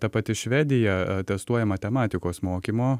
ta pati švedija testuoja matematikos mokymo